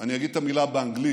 אני אגיד את המילה באנגלית,